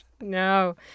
No